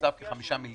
תוקצב בכ-5 מיליארד,